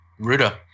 Ruda